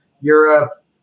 Europe